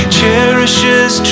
cherishes